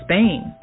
Spain